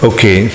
Okay